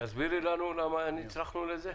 תסבירי לנו, למה נצרכנו לזה?